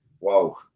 wow